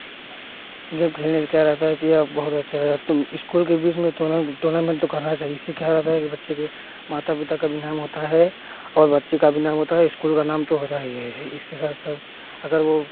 game खेलने से क्या रहता है कि आप बहुत अच्छा रहता है स्कूल के बीच में टूर्नामेंट टूर्नामेंट तो करवाना चाहिए इससे क्या है कि बच्चे के माता पिता का भी नाम होता है और बच्चे का भी नाम होता है स्कूल का नाम तो होता ही है इसके साथ साथ अगर वे